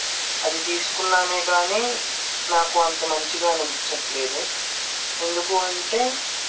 అది తీసుకున్నానే కానీ నాకు అంతా మంచిగా అనిపించలేదు ఎందుకు అంటే